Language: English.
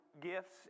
gifts